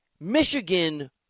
Michigan